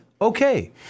okay